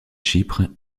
chypre